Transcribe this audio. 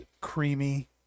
creamy